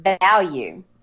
value